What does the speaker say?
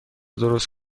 درست